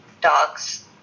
Dogs